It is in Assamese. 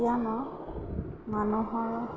কিয়নো মানুহৰ